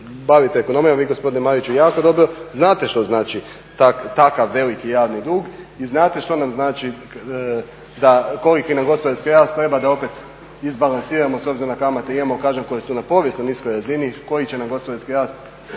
bavite ekonomijom, vi gospodine Mariću jako dobro znate što znači takav veliki javni dug i znate što nam znači, koliki nam gospodarski rast treba da opet izbalansiramo s obzirom da kamate imamo, kažem koje su na povijesno niskoj razini koji će nam gospodarski rast